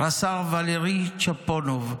רס"ר ולרי צ'פונוב,